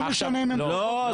לא משנה אם --- לא,